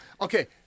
Okay